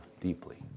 deeply